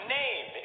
name